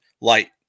light